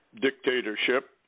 dictatorship